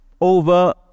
over